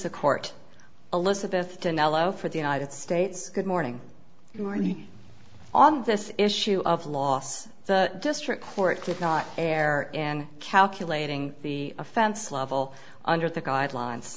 the court elizabeth dinello for the united states good morning morally on this issue of loss the district court could not err and calculating the offense level under the guidelines